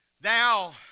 Thou